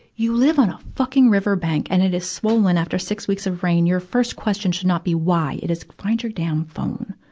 you live on a fucking river bank, and it is swollen after six weeks of rain. your first question should not be why. it is find your damn phone!